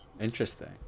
Interesting